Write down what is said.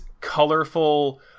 colorful